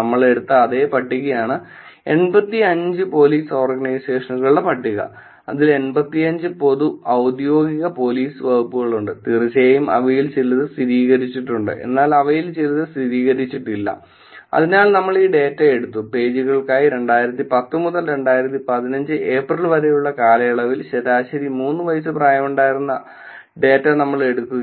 നമ്മൾ എടുത്ത അതേ പട്ടികയാണ് 85 പോലീസ് ഓർഗനൈസേഷനുകളുടെ പട്ടിക അതിൽ 85 പൊതു ഔദ്യോഗിക പോലീസ് വകുപ്പുകളുണ്ട് തീർച്ചയായും അവയിൽ ചിലത് സ്ഥിരീകരിച്ചിട്ടുണ്ട് എന്നാൽ അവയിൽ ചിലത് സ്ഥിരീകരിച്ചിട്ടില്ല അതിനാൽ നമ്മൾ ഈ ഡാറ്റ എടുത്തു പേജുകൾക്കായി 2010 മുതൽ 2015 ഏപ്രിൽ വരെയുള്ള കാലയളവിൽ ശരാശരി 3 വയസ്സ് പ്രായമുണ്ടായിരുന്ന ഡാറ്റ നമ്മൾ എടുത്തു